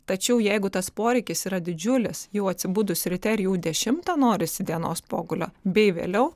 tačiau jeigu tas poreikis yra didžiulis jau atsibudus ryte ar jau dešimtą norisi dienos pogulio bei vėliau